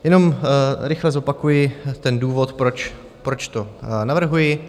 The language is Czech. Jenom rychle zopakuji ten důvod, proč to navrhuji.